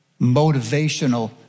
motivational